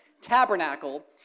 tabernacle